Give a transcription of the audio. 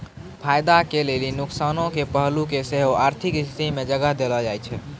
फायदा के लेली नुकसानो के पहलू के सेहो आर्थिक स्थिति मे जगह देलो जाय छै